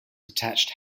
detached